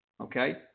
Okay